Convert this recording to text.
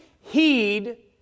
heed